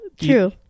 true